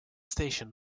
station